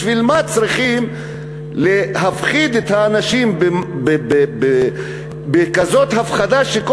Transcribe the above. בשביל מה צריכים להפחיד את האנשים בכזאת הפחדה שכל